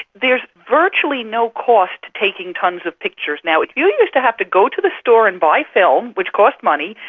there is virtually no cost to taking tonnes of pictures. now, if you used to have to go to the store and buy film, which cost money,